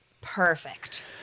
Perfect